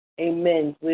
amen